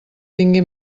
tingui